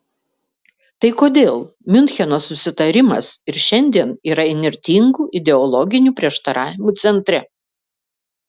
tai kodėl miuncheno susitarimas ir šiandien yra įnirtingų ideologinių prieštaravimų centre